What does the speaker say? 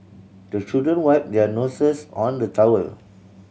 the children wipe their noses on the towel